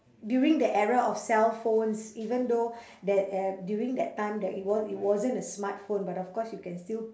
during the era of cell phones even though that e~ during that time that it wa~ it wasn't a smartphone but of course you can still